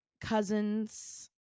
cousins